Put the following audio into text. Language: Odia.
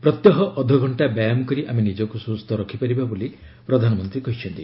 ପ୍ରତ୍ୟହ ଅଧଘକ୍ଷା ବ୍ୟାୟାମ କରି ଆମେ ନିଜକୁ ସୁସ୍ଥ ରଖିପାରିବା ବୋଲି ପ୍ରଧାନମନ୍ତ୍ରୀ କହିଛନ୍ତି